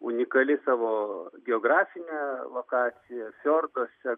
unikali savo geografine lokacija fiorduose